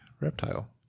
reptile